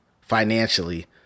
financially